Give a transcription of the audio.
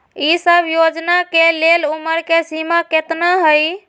ई सब योजना के लेल उमर के सीमा केतना हई?